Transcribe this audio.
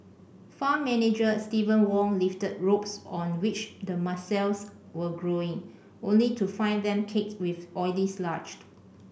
farm manager Steven Wong lifted ropes on which the mussels were growing only to find them caked with oily sludge